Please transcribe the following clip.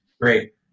Great